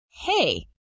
hey